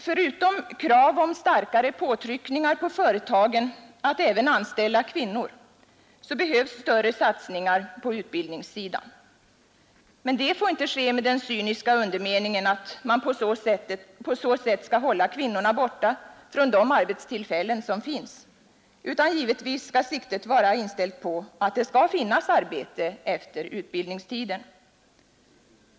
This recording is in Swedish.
Förutom krav om starkare påtryckningar på företagen att även anställa kvinnor behövs större satsningar på utbildningssidan. Men det får inte ske med den cyniska undermeningen att man på så sätt skall hålla kvinnorna borta från de arbetstillfällen som finns. Givetvis skall siktet vara inställt på att det skall finnas arbete efter utbildningstiden.